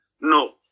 No